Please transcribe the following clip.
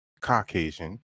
Caucasian